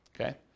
okay